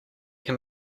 can